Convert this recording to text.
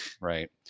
right